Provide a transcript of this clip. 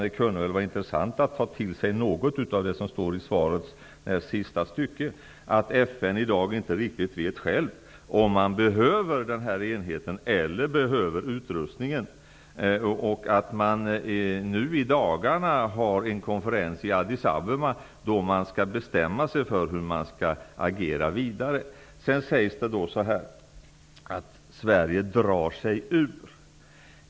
Då kan det väl vara intressant att ta till sig något av det som framgick av svaret. FN vet inte riktigt självt om enheten eller utrustningen behövs. Nu i dagarna är det en konferens i Addis Abeba där man skall bestämma sig för hur man skall agera vidare. Nu säger ni att ''Sverige drar sig ur''.